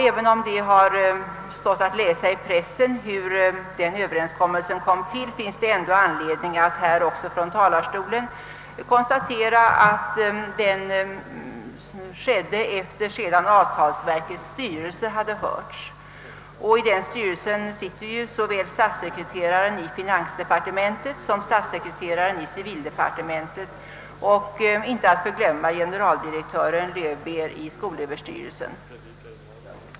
även om det har stått att läsa i pressen hur den överenskommelsen kom till finns det anledning att från denna talarstol konstatera, att den träffades efter det att avtalsverkets styrelse hade gett sin sanktion. I den styrelsen ingår såväl statssekreteraren i finansdepartementet som statssekreteraren i civildepartementet och — inte att förglömma — generaldirektören Löwbeer i skolöverstyrelsen.